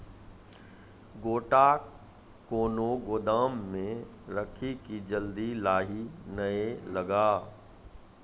गोटा कैनो गोदाम मे रखी की जल्दी लाही नए लगा?